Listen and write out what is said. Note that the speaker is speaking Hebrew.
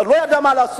הוא לא ידע מה לעשות.